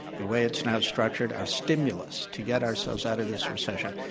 the way it's now structured, our stimulus to get ourselves out of this recession,